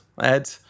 Ed